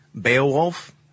Beowulf